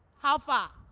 how far?